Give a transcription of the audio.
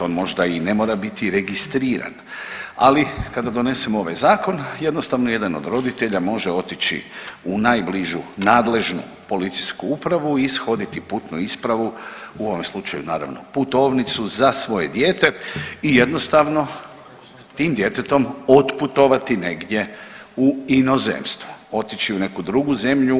On možda i ne mora biti registriran, ali kada donesemo ovaj zakon jednostavno jedan od roditelja može otići u najbližu nadležnu policijsku upravu i ishoditi putnu ispravu, u ovome slučaju naravno putovnicu za svoje dijete i jednostavno s tim djetetom otputovati negdje u inozemstvo, otići u neku drugu zemlju.